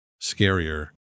scarier